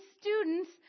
students